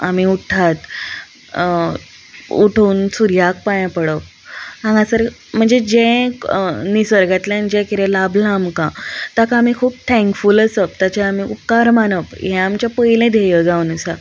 आमी उठ्ठात उठून सुर्याक पांयां पडप हांगासर म्हणजे जें एक निसर्गांतल्यान जें किदें लाबलां आमकां ताका आमी खूप थँकफूल आसप ताचे आमी उपकार मानप हें आमचें पयलें धेय जावन आसा